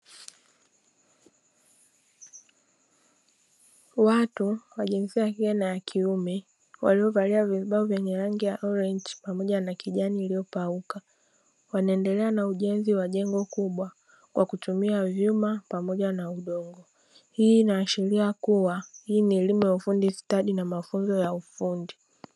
Watu wa jinsia ya kike na kiume waliovalia vizibao vya rangi ya orenji pamoja na kijani iliyopauka wanaendelea na ujenzi wa jengon kubwa kwa kutumia vyuma pamoja na udongo hii inaashiria kuwa hii ni elimu ya ufundi stadi na mafunzo ya ufundi.